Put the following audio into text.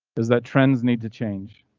is that trends need to change?